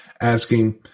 asking